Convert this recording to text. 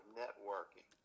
networking